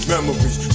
Memories